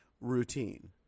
routine